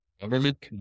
government